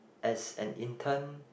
as an intern